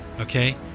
Okay